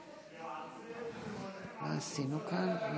בשעה 20:00. אל תחפשו שיארגנו אתכם.